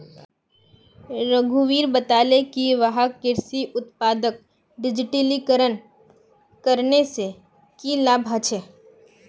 रघुवीर बताले कि वहाक कृषि उत्पादक डिजिटलीकरण करने से की लाभ ह छे